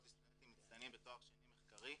לסטודנטים מצטיינים בתואר שני מחקרי,